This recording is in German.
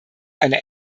einer